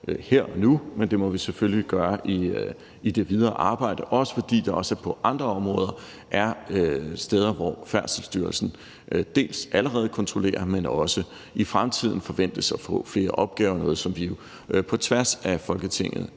her og nu, men det må vi selvfølgelig gøre i det videre arbejde, også fordi der også på andre områder er steder, hvor Færdselsstyrelsen allerede kontrollerer, men også i fremtiden forventes at få flere opgaver – noget, som vi jo på tværs af Folketinget